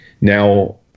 Now